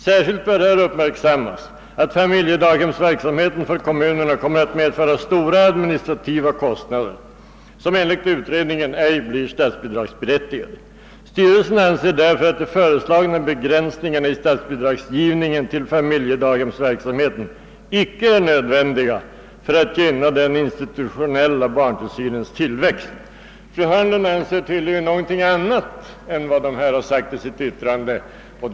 Särskilt bör här uppmärksammas, att familjedaghemsverksamheten för kommunerna kommer att medföra stora administrativa kostnader som enligt utredningen ej blir statsbidragsberättigade. Styrelsen anser därför, att de föreslagna begränsningarna i statsbidragsgivningen till familjedaghemsverksamheten icke är nödvändiga för att gynna den institutionella barntillsynens tillväxt.» Fru Hörnlund anser tydligen något annat än vad Svenska kommunförbundet sålunda anfört.